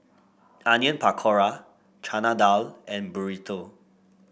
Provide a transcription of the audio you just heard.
Onion Pakora Chana Dal and Burrito